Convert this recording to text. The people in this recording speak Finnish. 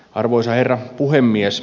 arvoisa herra puhemies